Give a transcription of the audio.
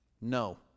No